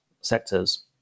sectors